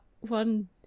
one